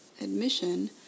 admission